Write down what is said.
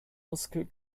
muskel